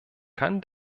kann